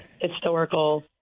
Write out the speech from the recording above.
historical